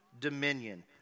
dominion